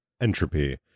entropy